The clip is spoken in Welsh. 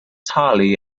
talu